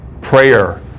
Prayer